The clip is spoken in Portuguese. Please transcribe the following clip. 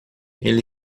ele